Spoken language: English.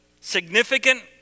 significant